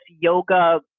yoga